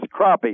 crappie